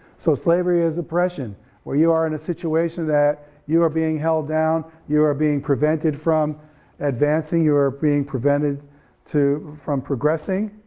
so slavery is oppression where you are in a situation that you are being held down, you are being prevented from advancing, you are being prevented from progressing,